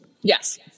Yes